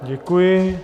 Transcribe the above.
Děkuji.